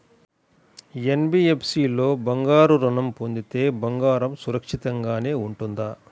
NBFC లో బంగారు ఋణం పొందితే బంగారం సురక్షితంగానే ఉంటుందా?